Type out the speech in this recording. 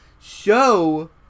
show